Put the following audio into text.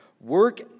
work